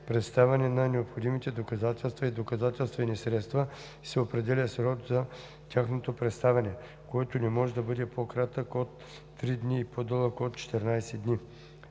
представяне на необходимите доказателства и доказателствени средства и се определя срок за тяхното представяне, който не може да бъде по кратък от 3 дни и по-дълъг от 14 дни.